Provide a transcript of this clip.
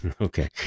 Okay